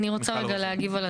אני רוצה להגיב.